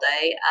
day